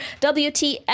WTF